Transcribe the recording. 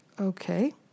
Okay